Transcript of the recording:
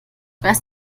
weiß